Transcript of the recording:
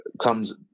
comes